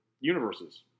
universes